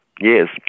yes